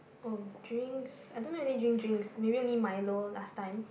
oh drinks I don't really drink drinks maybe only milo last time